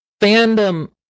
fandom